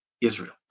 Israel